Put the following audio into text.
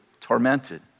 tormented